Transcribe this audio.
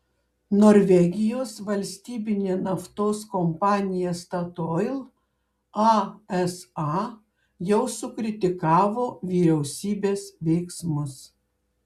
norvegijos valstybinė naftos kompanija statoil asa jau sukritikavo vyriausybės veiksmus